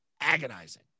agonizing